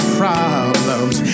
problems